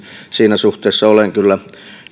siinä suhteessa olen kyllä